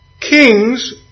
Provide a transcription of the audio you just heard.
Kings